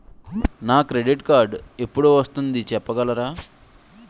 నాకు నా credit card ఎపుడు వస్తుంది చెప్పగలరా?